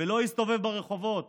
ולא יסתובב ברחובות